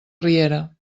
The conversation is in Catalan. riera